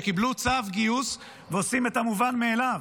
שקיבלו צו גיוס ועושים את המובן מאליו.